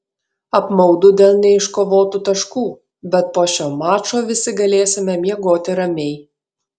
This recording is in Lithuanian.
apmaudu dėl neiškovotų taškų bet po šio mačo visi galėsime miegoti ramiai